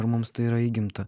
ir mums tai yra įgimta